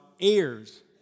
heirs